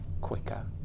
quicker